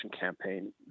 campaign